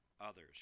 others